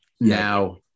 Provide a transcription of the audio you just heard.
Now